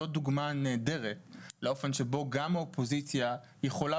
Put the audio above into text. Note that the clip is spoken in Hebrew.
זאת דוגמה נהדרת לאופן שבו גם האופוזיציה יכולה